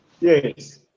Yes